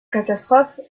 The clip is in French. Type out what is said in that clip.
catastrophe